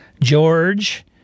George